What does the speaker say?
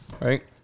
Right